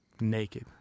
naked